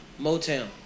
Motown